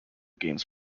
games